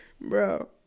bro